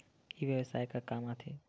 ई व्यवसाय का काम आथे?